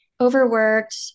overworked